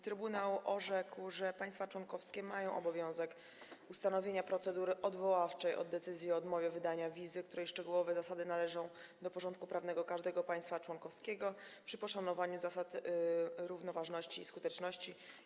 Trybunał orzekł, że państwa członkowskie mają obowiązek ustanowienia procedury odwoławczej od decyzji o odmowie wydania wizy, której szczegółowe zasady należą do porządku prawnego każdego państwa członkowskiego przy poszanowaniu zasad równoważności i skuteczności.